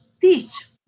teach